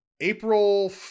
April